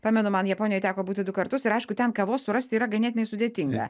pamenu man japonijoj teko būti du kartus ir aišku ten kavos surasti yra ganėtinai sudėtinga